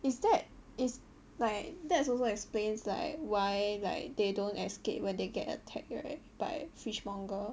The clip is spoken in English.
is that it's like that's also explains like why like they don't escape when they get attacked right by fishmonger